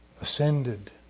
ascended